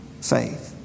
faith